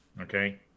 okay